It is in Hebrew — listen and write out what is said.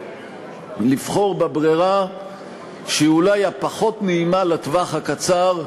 לבחור את הבחירה שהיא אולי הפחות-נעימה לטווח הקצר,